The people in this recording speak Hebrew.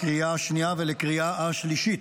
לקריאה השנייה ולקריאה השלישית.